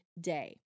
day